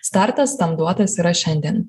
startas tam duotas yra šiandien